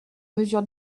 mesure